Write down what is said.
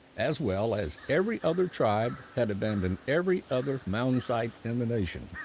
as well as every other tribe had abandoned every other mound site in the nation,